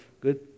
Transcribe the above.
good